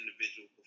individual